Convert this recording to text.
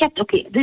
Okay